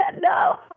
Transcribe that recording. No